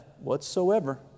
whatsoever